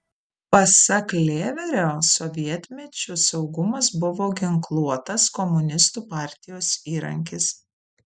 pasak lėverio sovietmečiu saugumas buvo ginkluotas komunistų partijos įrankis